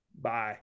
Bye